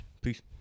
peace